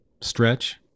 stretch